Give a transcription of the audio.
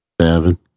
Seven